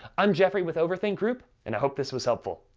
i'm jeffrey with overthink group, and i hope this was helpful.